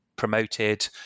promoted